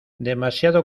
demasiado